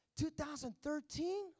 2013